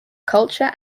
culture